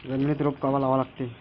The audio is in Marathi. जमिनीत रोप कवा लागा लागते?